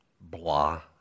blah